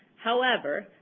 however,